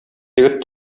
егет